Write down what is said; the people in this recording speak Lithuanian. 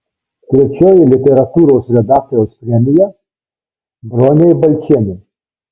trečioji literatūros redaktoriaus premija bronei balčienei